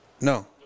no